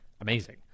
amazing